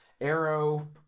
Arrow